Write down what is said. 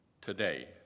today